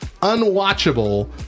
unwatchable